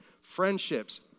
friendships